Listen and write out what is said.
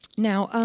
now,